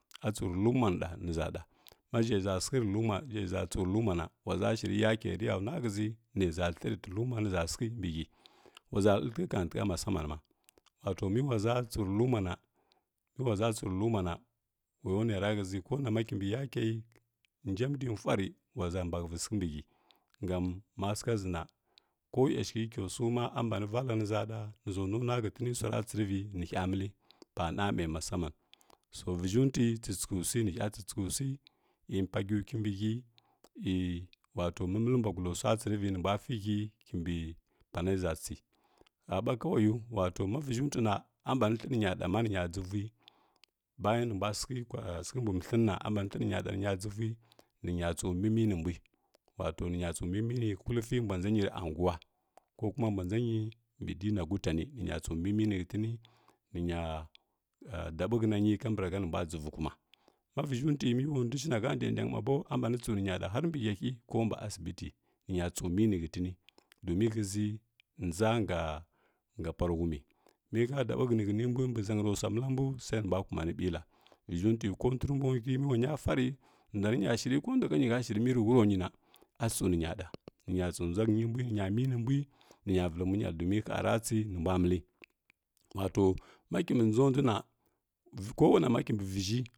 A tso rə luma nəʒa da ma ʒhə ʒa səghə rə lumana waʒa shirə yakə rəya nwa həʒə na səghə mbj hgj waʒa ijrəntə kantəha musaman ma wato ʒa tsoro luma na wa ya nuəra həʒə konama kimbi yakə ngaməndə fwarə waʒa mbahəvi səghə mba hiə gam ma səgha ʒə na ko yashə kəo su ma a mbanə vala nəhəʒa do nə həʒo nunwa hətəni swara tsərəvi fa namai maman so tsəgtsusi vəʒhuntə tsəgtsusi nə hiya tsəgtsusi iy pəpagwiki mbə hiə iy wato məmlə mbwa gullo swa ra tsərəvi nə mbwa fə biə panə ʒa tsə haba kawbyo wato ma vəʒhəntui na a bani thə niya da ma nə niya dʒəvvi baya nə mbwa səghə kwa thləna a bani thlə niya da niya tso mimi nə mbui wato nya tsu mimi na hulfi mbwa mbə anguwa kokuma mbwa dsaniə mbə dəna gutanə nə nya dabəhənanə kambarha nə mbwa dʒəvə kuma ma vəʒhəntwi mə wa ndwai shi na dʒndan mobo a mbanə tsəw nə nya da har mbə hiyahi ko bə asibiti nə nya tso mini hətəni dumə həʒə dʒa nga ga pwa ruhumi mi ha dabəhʒnə hənji mbui mbui mbi ʒaəra swa məlla mbu sai nə mbwa kumani nbəla vəʒhuntə ko ntwə rə mbw ntwə mə wa nya fari ndwa rənya shərə ko ndwa ha niy ha shərəmə rə wuro niy na a tso nya da nə nya tsundʒa hənə mbwi nə nya mini mbwi nə nya mənə mbwi domən ha ra tsə nə mbwa məllə to ma kəmbi dʒondə na ko na ma kimbi vəʒhi.